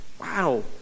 Wow